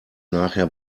nachher